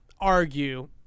argue